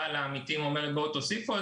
באה לעמיתים ואומרת: בואו תוסיפו.